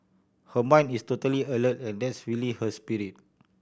her mind is totally alert and that's really her spirit